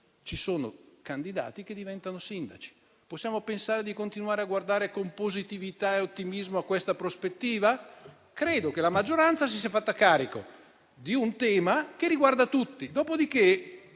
ci sono candidati che diventano sindaci in questo modo. Possiamo pensare di continuare a guardare con positività e ottimismo a questa prospettiva? Credo che la maggioranza si sia fatta carico di un tema che riguarda tutti. Dopodiché